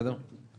בסדר?